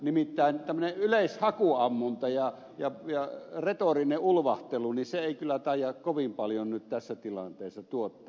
nimittäin tämmöinen yleishakuammunta ja retorinen ulvahtelu ei kyllä taida kovin paljon nyt tässä tilanteessa tuottaa